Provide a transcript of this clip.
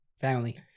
family